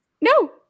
No